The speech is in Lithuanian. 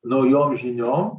naujom žiniom